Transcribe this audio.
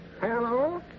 Hello